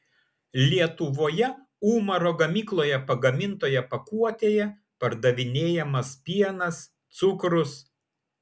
lietuvoje umaro gamykloje pagamintoje pakuotėje pardavinėjamas pienas cukrus